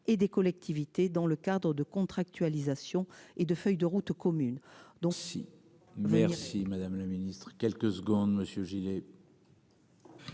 et des collectivités dans le cadre de contractualisation et de feuille de route commune donc. Si. Merci, madame la Ministre quelques secondes monsieur Gillet.